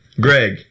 Greg